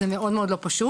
זה מאוד מאוד לא פשוט